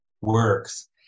works